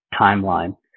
timeline